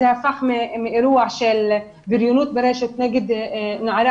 זה הפך מאירוע של בריונות ברשת נגד נערה